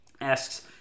asks